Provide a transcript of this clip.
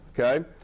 Okay